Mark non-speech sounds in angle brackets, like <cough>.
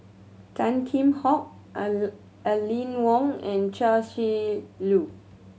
Tan Kheam Hock <unintelligible> Aline Wong and Chia Shi Lu